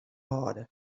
hâlde